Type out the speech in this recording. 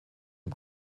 dem